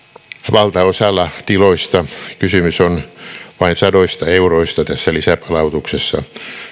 valtaosalla tiloista kysymys on vain sadoista euroista tässä lisäpalautuksessa